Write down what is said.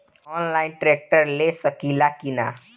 Online tractor ले सकीला कि न?